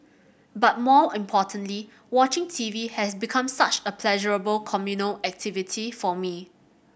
but more importantly watching TV has become such a pleasurable communal activity for me